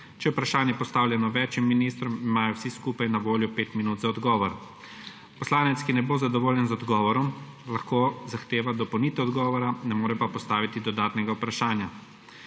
je vprašanje postavljeno več ministrom, imajo vsi skupaj na voljo pet minut za odgovor. Poslanec, ki ne bo zadovoljen z odgovorom, lahko zahteva dopolnitev odgovora, ne more pa postaviti dodatnega vprašanja.